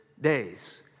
days